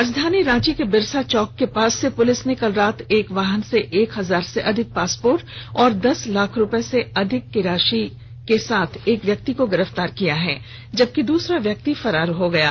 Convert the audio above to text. राजधानी रांची के बिरसा चौक के पास से पुलिस ने कल रात एक वाहन से एक हजार से अधिक पासपोर्ट और दस लाख से अधिक रुपये के साथ एक व्यक्ति को गिरफ्तार किया है जबकि दूसरा व्यक्ति फरार हो गया है